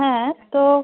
হ্যাঁ তো